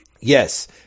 Yes